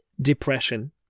depression